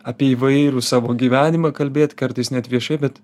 apie įvairų savo gyvenimą kalbėt kartais net viešai bet